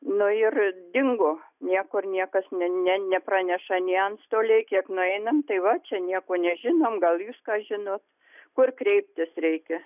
nu ir dingo niekur niekas ne ne nepraneša nei antstoliai kiek nueinam tai va čia nieko nežinom gal jūs ką žinot kur kreiptis reikia